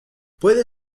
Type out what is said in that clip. puede